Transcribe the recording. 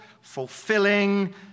fulfilling